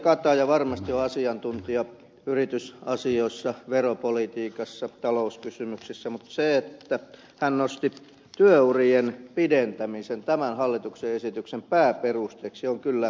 kataja varmasti on asiantuntija yritysasioissa veropolitiikassa talouskysymyksissä mutta se että hän nosti työurien pidentämisen tämän hallituksen esityksen pääperusteeksi on kyllä outoa